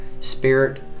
spirit